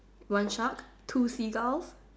one shark two seagulls